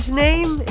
name